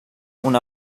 una